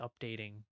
updating